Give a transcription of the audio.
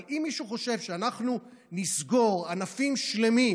אבל אם מישהו חושב שאנחנו נסגור ענפים שלמים,